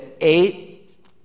eight